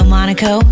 Monaco